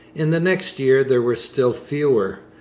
in the next year there were still fewer.